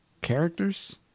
characters